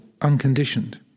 unconditioned